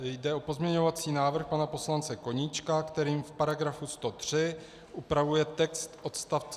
Jde o pozměňovací návrh pana poslance Koníčka, kterým v § 103 upravuje text odst.